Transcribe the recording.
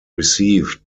received